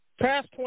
past